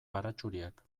baratxuriak